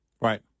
Right